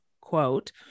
quote